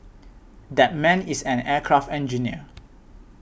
that man is an aircraft engineer